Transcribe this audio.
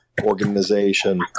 organization